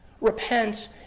Repent